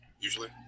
Usually